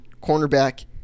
cornerback